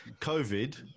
COVID